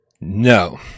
No